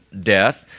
death